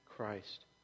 Christ